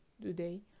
today